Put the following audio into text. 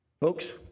Folks